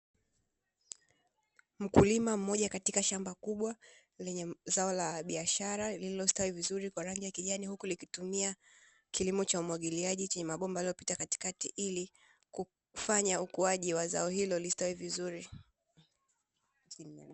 Mkulima mmoja katika shamba kubwa lenye zao la biashara lililostawi vizuri kwa rangi ya kijani, huku likitumia kilimo cha umwagiliaji chenye mabomba yaliyopita katikati ili kufanya ukuaji wa zao hilo listawi vizuri.